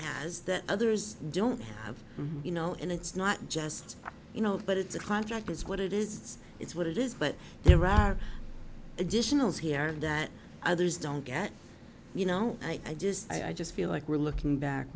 has that others don't have you know and it's not just you know but it's a contract is what it is it's what it is but there are additional z r that others don't get you know i just i just feel like we're looking back